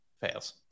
fails